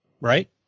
Right